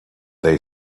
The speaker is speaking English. they